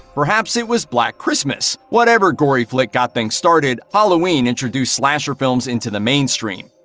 perhaps it was black christmas? whatever gory flick got things started, halloween introduced slasher films into the mainstream.